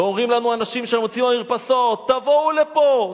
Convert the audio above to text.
ואומרים לנו אנשים שהם יוצאים מהמרפסות: תבואו לפה,